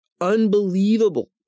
unbelievable